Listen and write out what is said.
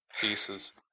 pieces